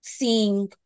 seeing